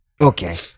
okay